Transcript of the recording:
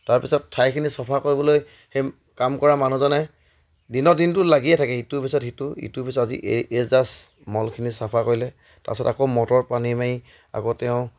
তাৰপিছত ঠাইখিনি চফা কৰিবলৈ সেই কাম কৰা মানুহজনে দিনত দিনটো লাগিয়ে থাকে ইটোৰ পিছত সিটো ইটোৰ পিছত আজি এই জাষ্ট মলখিনি চাফা কৰিলে তাৰপিছত আকৌ মটৰ পানী মাৰি আকৌ তেওঁ